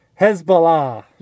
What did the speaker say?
Hezbollah